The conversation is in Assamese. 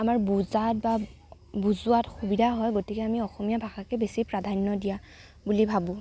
আমাৰ বুজাত বা বা বুজোৱাত সুবিধা হয় গতিকে আমি অসমীয়া ভাষাকে বেছি প্ৰাধান্য দিয়া বুলি ভাবোঁ